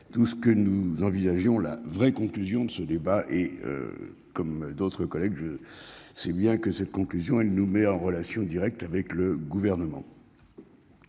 tout ce que nous envisagions la vraie conclusion de ce débat et. Comme d'autres collègues je sais bien que cette conclusion elle nous met en relation directe avec le gouvernement.